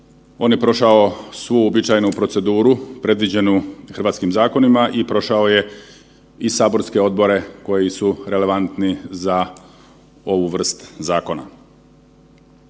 On je prošao svu uobičajenu proceduru predviđenu hrvatskim zakonima i prošao je i saborske odbore koji su relevantni za ovu vrstu zakona.